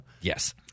Yes